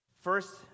First